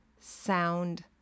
sound